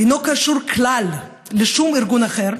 אינו קשור כלל לשום ארגון אחר,